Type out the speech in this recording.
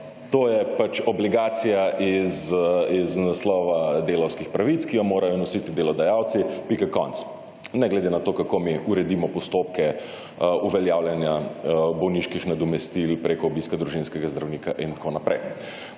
To je pač obligacija iz naslova delavskih pravic, ki jo morajo nositi delodajalci, pika, konec, ne glede na to kako mi uredimo postopke uveljavljanja bolniških nadomestil preko obiska družinskega zdravnika in tako naprej.